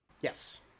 Yes